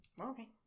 Okay